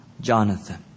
Jonathan